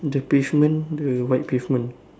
the pavement the white pavement